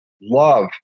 love